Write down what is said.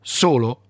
solo